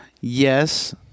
Yes